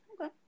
Okay